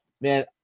Man